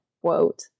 quote